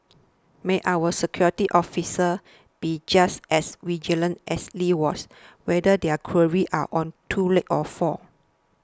may our security officers be just as vigilant as Lee was whether their quarries are on two legs or four